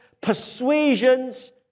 persuasions